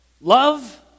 Love